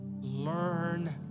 learn